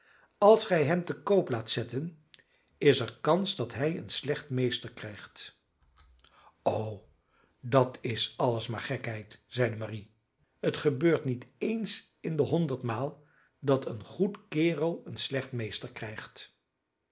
als gij hem te koop laat zetten is er kans dat hij een slecht meester krijgt o dat is alles maar gekheid zeide marie het gebeurt niet eens in de honderd maal dat een goed kerel een slecht meester krijgt